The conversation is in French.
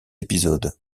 épisodes